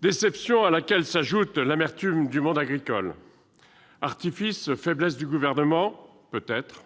déception, à laquelle s'ajoute l'amertume pour le monde agricole. Artifice, faiblesse du Gouvernement ? Peut-être.